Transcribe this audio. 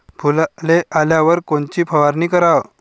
फुलाले आल्यावर कोनची फवारनी कराव?